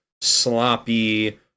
sloppy